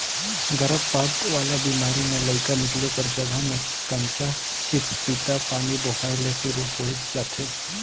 गरभपात वाला बेमारी में लइका निकले कर जघा में कंचा चिपपिता पानी बोहाए ले सुरु होय जाथे